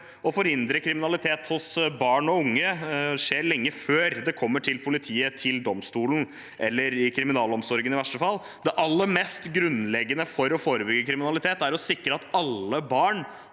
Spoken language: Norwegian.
å forhindre kriminalitet blant barn og unge skjer lenge før det kommer til politiet, domstolen eller kriminalomsorgen – i verste fall. Det aller mest grunnleggende for å forebygge kriminalitet er å sikre at alle barn